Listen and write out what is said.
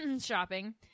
shopping